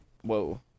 Whoa